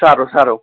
સારું સારું